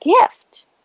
gift